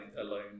alone